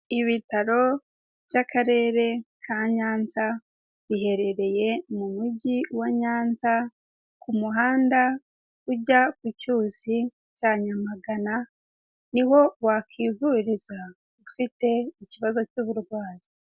Ibitaro by'Akarere ka Nyanza, biherereye mu mujyi wa Nyanza, ku muhanda ujya ku cyuzi cya Nyamagana, ni ho wakwivuriza ufite ikibazo cy'uburwayi.